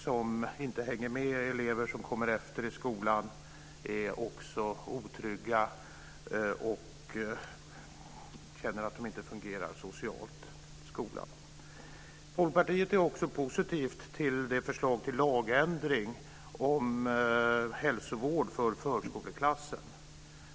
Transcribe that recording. Det gäller elever som inte hänger med, kommer efter, är otrygga och känner att de inte fungerar socialt i skolan. Folkpartiet är också positivt till förslaget till lagändring om hälsovård för förskoleklassen.